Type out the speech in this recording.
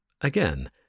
Again